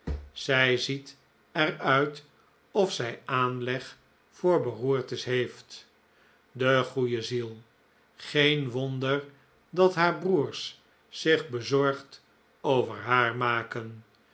zij ziet er uit of zij aanleg voor beroertes heeft de goeie ziel geen wonder dat haar broers zich bezorgd over haar maken